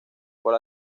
por